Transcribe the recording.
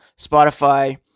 Spotify